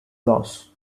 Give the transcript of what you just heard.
loss